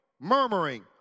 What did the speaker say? murmuring